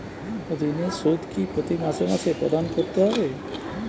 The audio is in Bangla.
ঋণের সুদ কি প্রতি মাসে মাসে প্রদান করতে হবে?